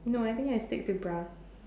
no I think I stick to bra